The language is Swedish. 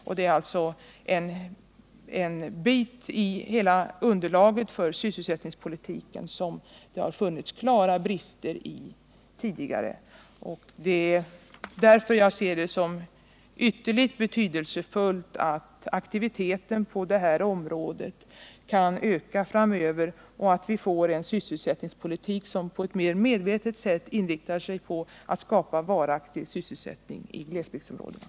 Man kan därigenom förbättra en del i hela underlaget för sysselsättningspolitiken, där det har funnits klara brister tidigare. Det är därför jag ser det som ytterst betydelsefullt att aktiviteten på det här området kan öka framöver och att sysselsättningspolitiken på ett mer medvetet sätt kan inriktas på att skapa varaktig sysselsättning i glesbygdsområdena.